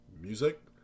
music